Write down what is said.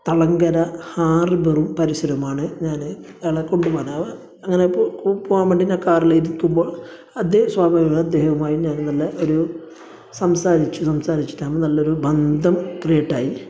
തളങ്കര ഹാർബറും പരിസരവുമാണ് ഞാൻ അയാളെ കൊണ്ട് പോവാൻ അങ്ങനെ പോവാൻ വേണ്ടി ഞാൻ കാറിൽ ഇരിക്കുമ്പോൾ അദ്ദേഹം സ്വാഭാവികമായി അദ്ദേഹവുമായി ഞാനും നല്ല ഒരു സംസാരിച്ചു സംസാരിച്ചി ട്ട് ആവുമ്പം നല്ല ഒരു ബന്ധം ക്രീയേറ്റായി